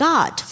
God